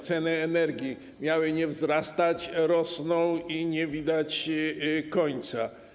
Ceny energii miały nie wzrastać, a rosną i nie widać końca.